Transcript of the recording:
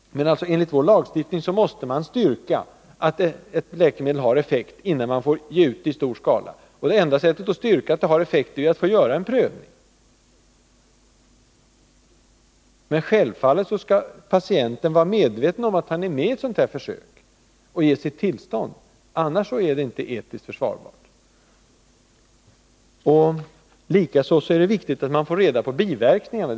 Enligt vår lagstiftning måste man alltså styrka att ett läkemedel har effekt innan man får ge ut det i stor skala. Det enda sättet att styrka att det har effekt är att göra en prövning. Självfallet skall patienten vara medveten om att han är med i ett sådant här försök och ge sitt tillstånd — annars är det inte etiskt försvarbart. Likaså är det viktigt att få reda på biverkningarna.